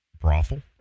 brothel